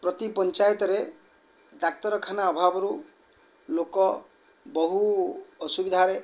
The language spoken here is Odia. ପ୍ରତି ପଞ୍ଚାୟତରେ ଡାକ୍ତରଖାନା ଅଭାବରୁ ଲୋକ ବହୁ ଅସୁବିଧାରେ